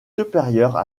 supérieures